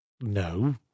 No